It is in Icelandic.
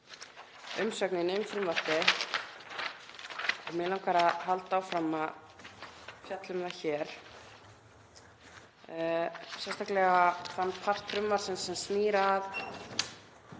umsögnin um það. Mig langar að halda áfram að fjalla um það hér, sérstaklega þann part frumvarpsins sem snýr að